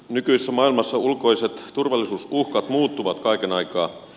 nykyisessä maailmassa ulkoiset turvallisuusuhkat muuttuvat kaiken aikaa